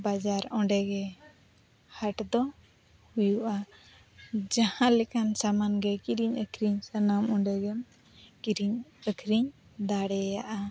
ᱵᱟᱡᱟᱨ ᱚᱸᱰᱮ ᱜᱮ ᱦᱟᱴ ᱫᱚ ᱦᱩᱭᱩᱜᱼᱟ ᱡᱟᱦᱟᱸ ᱞᱮᱠᱟᱱ ᱥᱟᱢᱟᱱ ᱜᱮ ᱠᱤᱨᱤᱧ ᱟᱠᱷᱨᱤᱧ ᱥᱟᱱᱟᱢ ᱚᱸᱰᱮ ᱜᱮᱢ ᱠᱤᱨᱤᱧ ᱟᱹᱠᱷᱨᱤᱧ ᱫᱟᱲᱮᱭᱟᱜᱼᱟ